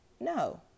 no